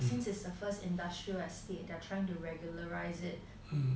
the first industrial estate they are trying to regularised it